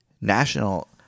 National